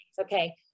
okay